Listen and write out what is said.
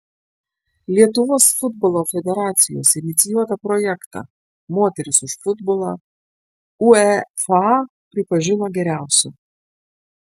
lietuvos futbolo federacijos inicijuotą projektą moterys už futbolą uefa pripažino geriausiu